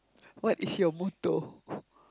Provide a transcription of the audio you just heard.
what is your motto